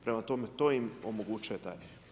Prema tome, to im omogućuje taj.